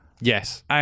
Yes